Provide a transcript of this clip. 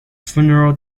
funeral